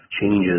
changes